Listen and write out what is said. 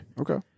Okay